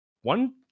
one